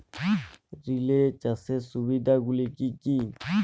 Relay চাষের সুবিধা গুলি কি কি?